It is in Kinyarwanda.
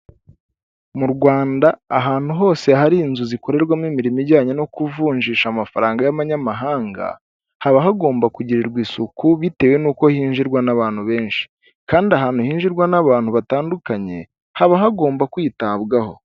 Mu Rwanda ahantu hose hari inzu zikorerwamo imirimo ijyanye no kuvunjisha amafaranga y'abanyamahanga haba hagomba kugirirwa isuku bitewe n'uko hinjirwa n'abantu benshi kandi ahantu hinjirwa n'abantu batandukanye haba hagomba kwitabwaho .